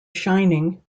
shining